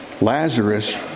Lazarus